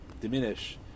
diminish